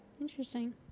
Interesting